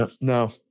no